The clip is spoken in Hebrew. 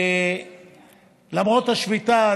למרות השביתה,